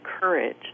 courage